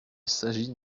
s’agit